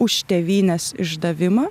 už tėvynės išdavimą